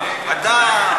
אבל אתה,